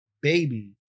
baby